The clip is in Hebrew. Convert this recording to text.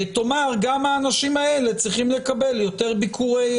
תאמר שגם האנשים האלה צריכים לקבל יותר ביקורי